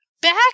back